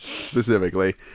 specifically